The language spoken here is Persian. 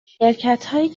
شرکتهایی